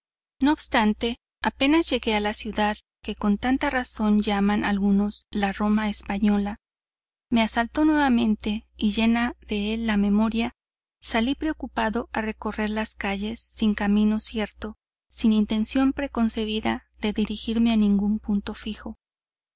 no obstante apenas llegué a la ciudad que con tanta razón llaman algunos la roma española me asaltó nuevamente y llena de él la memoria salí preocupado a recorrer las calles sin camino cierto sin intención preconcebida de dirigirme a ningún punto fijo